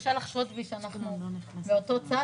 וקשה לחשוד בי שאנחנו מאותו צד,